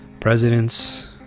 Presidents